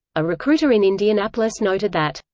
a recruiter in indianapolis noted that,